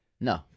No